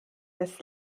das